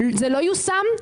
זה לא יושם,